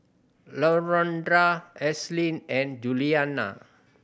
Londra Ashlyn and Juliann